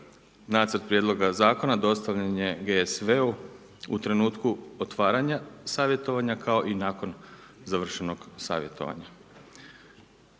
Nacrt prijedloga zakona dostavljen je GSV-u, u trenutku otvaranja savjetovanja, kao i nakon završenog savjetovanja.